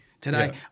today